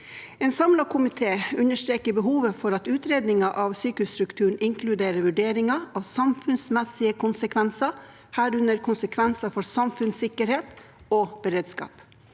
En samlet komité understreker behovet for at utredninger av sykehusstruktur inkluderer vurderinger av samfunnsmessige konsekvenser, herunder konsekvenser for samfunnssikkerhet og beredskap.